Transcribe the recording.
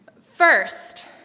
First